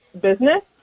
business